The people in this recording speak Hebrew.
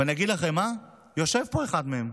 ואני אגיד לכם מה, יושב פה אחד מהם.